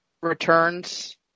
returns